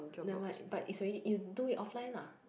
never mind but it's already you do it offline lah